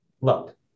look